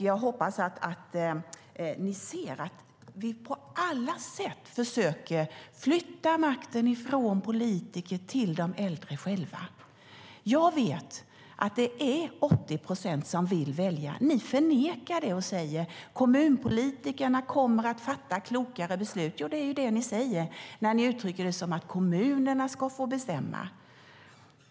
Jag hoppas att ni ser att vi på alla sätt försöker flytta makten från politiker till de äldre själva. Jag vet att det är 80 procent som vill välja. Ni förnekar det och säger att kommunpolitikerna kommer att fatta klokare beslut. Det är det som ni säger när ni uttrycker att det är kommunerna som ska få bestämma.